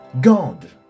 God